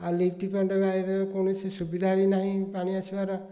ଆଉ lift point କୌଣସି ସୁବିଧା ବି ନାହିଁ ପାଣି ଆସିବାର